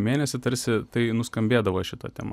mėnesį tarsi tai nuskambėdavo šita tema